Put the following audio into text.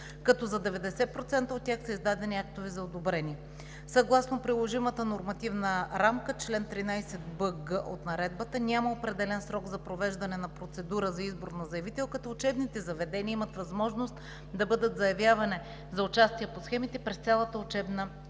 като за 90% от тях са издадени актове за одобрение. Съгласно приложимата нормативна рамка – чл. 13бг от Наредбата, няма определен срок за провеждане на процедура за избор на заявител, като учебните заведения имат възможност да подадат заявление за участие по схемите през цялата учебна година.